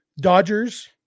Dodgers